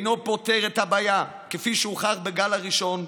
היא אינה פותרת את הבעיה, כפי שהוכח בגל הראשון,